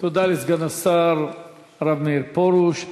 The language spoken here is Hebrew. תודה לסגן השר הרב מאיר פרוש.